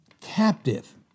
Captive